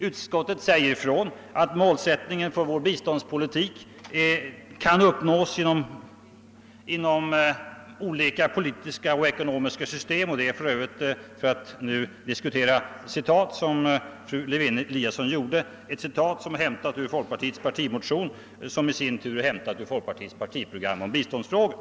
Utskottet säger ifrån att målen för vår biståndspolitik kan uppnås inom olika politiska och ekonomiska system, och denna formulering är för övrigt, för att nu diskutera citat som fru Lewén-Eliasson gjorde, direkt hämtat från folkpartiets partimotion, som i sin tur hämtat det från folkpartiets partiprogram om biståndsfrågor.